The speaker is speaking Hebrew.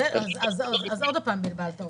אז עוד פעם בלבלת אותי.